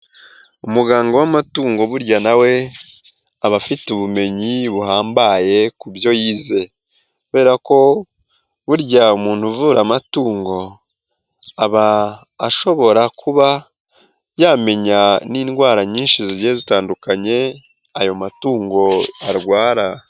Umuganga w'amatungo burya nawe aba afite ubumenyi buhambaye ku byo yize, kubera ko burya umuntu uvura amatungo, aba ashobora kuba yamenya n'indwara nyinshi zigiye zitandukanye ayo matungo arwara.